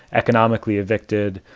economically evicted,